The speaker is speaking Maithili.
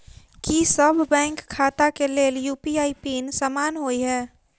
की सभ बैंक खाता केँ लेल यु.पी.आई पिन समान होइ है?